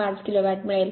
5 kilowatt मिळेल